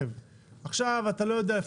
עכשיו אתה לא יודע,